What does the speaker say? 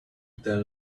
tell